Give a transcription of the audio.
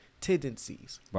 tendencies